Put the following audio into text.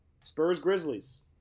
Spurs-Grizzlies